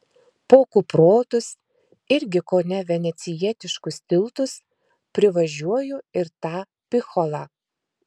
po kuprotus irgi kone venecijietiškus tiltus privažiuoju ir tą picholą